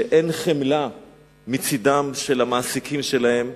שאין חמלה מצדם של המעסיקים שלהם,